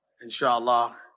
inshallah